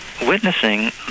witnessing